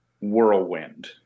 whirlwind